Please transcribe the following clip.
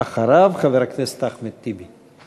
אחריו, חבר הכנסת אחמד טיבי.